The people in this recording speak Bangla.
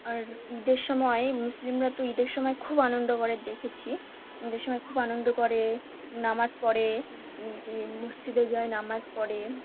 আর ঈদের সময় মুসলিমরা তো ঈদের সময় খুব আনন্দ করে দেখেছি ঈদের সময় খুব আনন্দ করে নামাজ পড়ে মসজিদে যায় নামাজ পড়ে